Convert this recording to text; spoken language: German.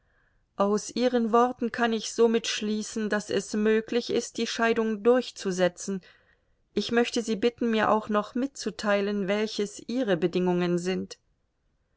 aus ihren worten kann ich somit schließen daß es möglich ist die scheidung durchzusetzen ich möchte sie bitten mir auch noch mitzuteilen welches ihre bedingungen sind